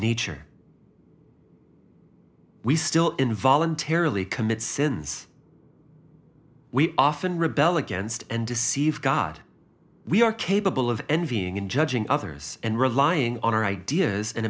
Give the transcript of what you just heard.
nature we still in voluntarily commit sins we often rebel against and deceive god we are capable of envying and judging others and relying on our ideas and